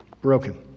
broken